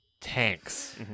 tanks